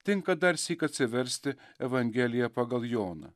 tinka darsyk atsiversti evangeliją pagal joną